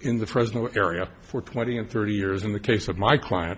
in the present area for twenty and thirty years in the case of my client